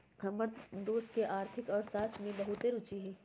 हमर दोस के आर्थिक अर्थशास्त्र में बहुते रूचि हइ